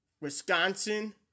Wisconsin